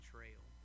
Trail